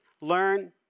learn